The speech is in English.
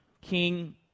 King